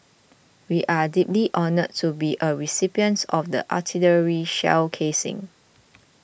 we are deeply honoured to be a recipient of the artillery shell casing